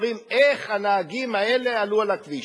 אומרים: איך הנהגים האלה עלו על הכביש?